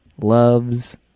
loves